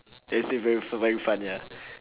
they say very f~ very fun ya